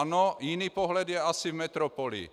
Ano, jiný pohled je asi v metropoli.